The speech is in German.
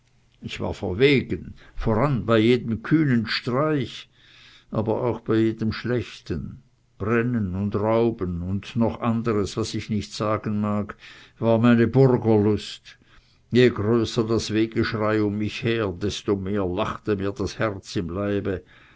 ich war verwegen voran bei jedem kühnen streich aber auch bei jedem schlechten brennen und rauben und noch anderes was ich nicht sagen mag war meine burgerlust je größer das wehegeschrei um mich her desto mehr lachte mir das herz im leibe